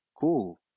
cool